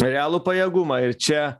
realų pajėgumą ir čia